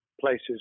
places